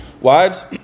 Wives